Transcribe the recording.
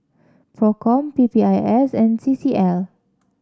Procom P P I S and C C L